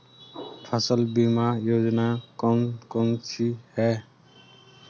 फसल बीमा योजनाएँ कौन कौनसी हैं?